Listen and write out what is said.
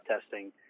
testing